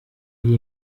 iri